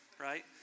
right